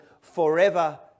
forever